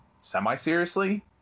semi-seriously